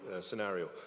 scenario